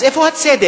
אז איפה הצדק?